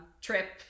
Trip